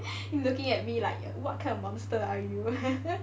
you looking at me like what kind of monster are you